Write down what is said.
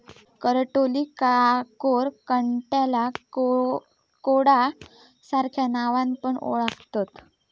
करटोलीक काकोरा, कंटॉला, ककोडा सार्ख्या नावान पण ओळाखतत